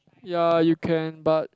ya you can but